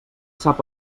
sap